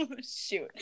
shoot